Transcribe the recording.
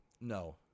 No